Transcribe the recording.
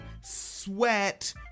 sweat